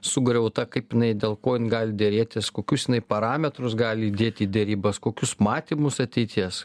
sugriauta kaip jinai dėl ko jin gali derėtis kokius parametrus gali dėti į derybas kokius matymus ateities